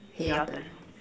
K your turn